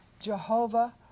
Jehovah